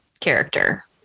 character